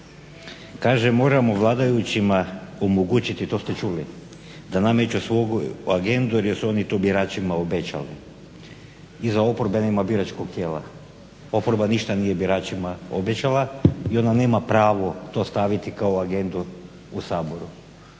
kaže moramo vladajućima omogućiti, to ste čuli, da nameću svoju agendu, jer su oni to birači obećali, i za oporbenima biračkoga tijela. Oporba ništa nije biračima obećala i ona nema pravo to staviti kao agendu u Saboru.